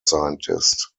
scientist